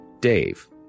Dave